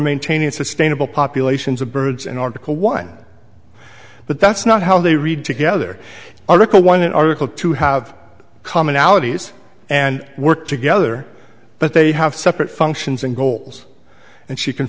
maintaining sustainable populations of birds in article one but that's not how they read together article one and article two have commonalities and work together but they have separate functions and goals and she c